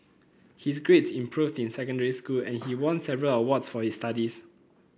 his grades improved in secondary school and he won several awards for his studies